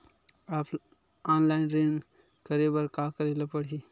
Online ऋण करे बर का करे ल पड़हि?